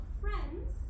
friends